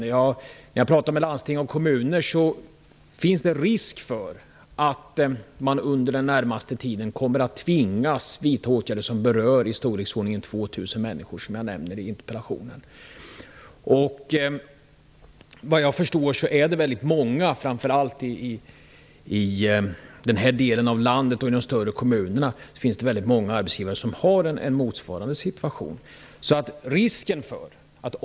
När jag har talat med landsting och kommuner har det framgått att det finns risk för att man under den närmaste tiden kommer att tvingas vidta åtgärder som berör i storleksordningen 2 000 människor, som jag nämner i interpellationen. Såvitt jag förstår är det väldigt många arbetsgivare, framför allt i den här delen av landet och i de större kommunerna, som befinner sig i motsvarande situation.